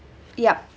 yup